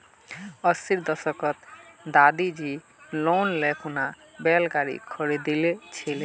अस्सीर दशकत दादीजी लोन ले खूना बैल गाड़ी खरीदिल छिले